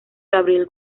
gabriel